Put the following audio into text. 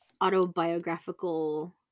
autobiographical